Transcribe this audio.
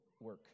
work